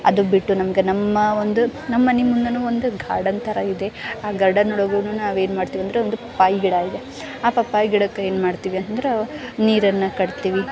ಅದು ಬಿಟ್ಟು ನಮ್ಗೆ ನಮ್ಮ ಒಂದು ನಮ್ಮ ಮನೆ ಮುಂದೆಯೂ ಒಂದು ಗಾರ್ಡನ್ ಥರ ಇದೆ ಆ ಗಾರ್ಡನ್ ಒಳಗೂ ನಾವೇನು ಮಾಡ್ತೀವಿ ಅಂದ್ರೆ ಒಂದು ಪಪ್ಪಾಯ ಗಿಡಯಿದೆ ಆ ಪಪ್ಪಾಯ ಗಿಡಕ್ಕೆ ಏನು ಮಾಡ್ತೀವಿ ಅಂದ್ರೆ ನೀರನ್ನು ಕಟ್ತೀವಿ